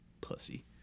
Pussy